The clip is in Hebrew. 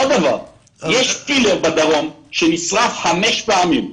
בדרום נשרף חמש פעמים עמוד.